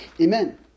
Amen